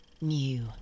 new